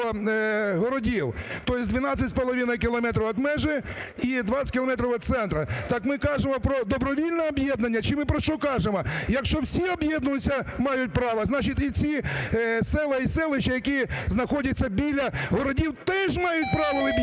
То єсть 12,5 кілометрів від межі і 20 кілометрів від центру. Так ми кажемо про добровільне об'єднання чи ми про що кажемо? Якщо всі об'єднуватися мають право, значить і ці села і селища, які знаходяться біля городів, теж мають право об'єднуватися.